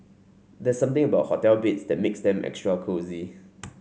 there's something about hotel beds that makes them extra cosy